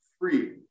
free